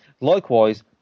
Likewise